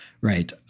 Right